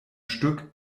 stück